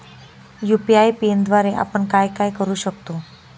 UPI पिनद्वारे आपण काय काय करु शकतो?